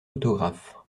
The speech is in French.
autographe